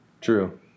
True